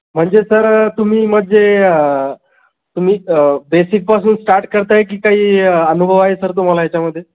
म्हणजे सर तुम्ही म्हणजे तुम्ही बेसिकपासून स्टार्ट करताय की काही अनुभव आहे सर तुम्हाला याच्यामध्ये